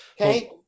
okay